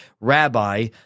rabbi